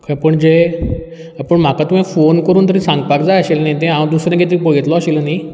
खंय पणजे पूण म्हाका तुवें फोन कोरून तरी सांगपाक जाय आशिल्लें न्ही तें हांव दुसरें कितें पगयत्लो आशिल्लो न्ही